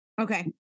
Okay